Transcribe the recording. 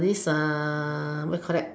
this what you call that